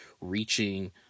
reaching